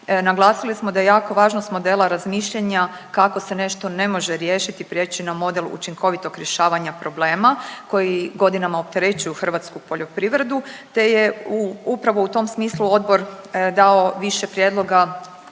Naglasili smo da je jako važno s modela razmišljanja kako se nešto ne može riješiti prijeći na model učinkovitog rješavanja problema koji godinama opterećuju hrvatsku poljoprivredu te je upravo u tom smislu odbor dao više prijedloga